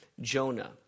Jonah